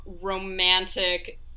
romantic